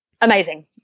amazing